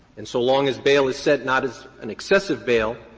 and so long as bail is set not as an excessive bail,